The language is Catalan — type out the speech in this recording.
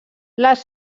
les